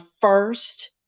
first